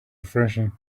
refreshing